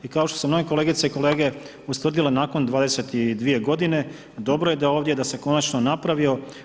I kao što su mnoge kolegice i kolege ustvrdile nakon 22 godine dobro je da je ovdje da se konačno napravio.